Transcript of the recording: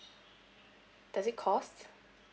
does it cost